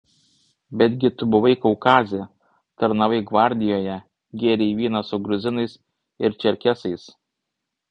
betgi tu buvai kaukaze tarnavai gvardijoje gėrei vyną su gruzinais ir čerkesais